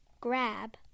grab